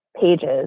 pages